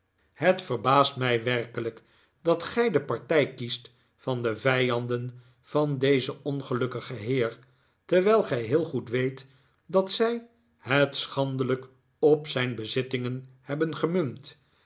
het verbaast mij werkelijk dat gij de partij kiest van de vijanden van dezen ongelukkigen heer terwijl gij heel goed weet dat zij het schandelijk op zijn bezittingen hebben